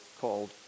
called